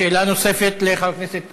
שאלה נוספת לחבר הכנסת כהן,